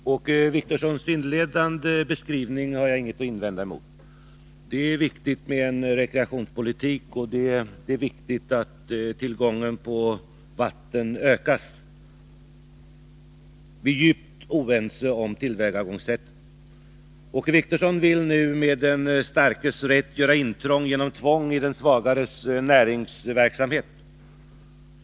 Herr talman! Åke Wictorssons inledande beskrivning har jag inget att invända mot. Det är viktigt med en rekreationspolitik, och det är viktigt att tillgången på vatten ökas. Men vi är djupt oense om tillvägagångssättet. Åke Wictorsson vill nu med den starkes rätt göra intrång genom tvång i den svagares näringsverksamhet.